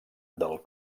del